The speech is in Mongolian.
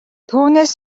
түүнээс